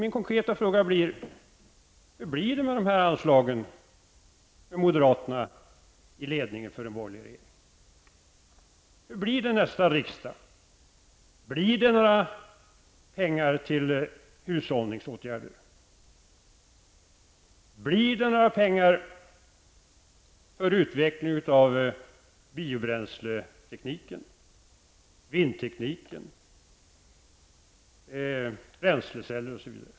Min konkreta fråga blir: Hur blir det med dessa anslag med moderaterna i ledningen för en borgerlig regering? Hur blir det nästa riksdag? Blir det några pengar till hushållningsåtgärder? Blir det några pengar för utveckling av biobränsletekniken, vindtekniken, bränsleceller osv.?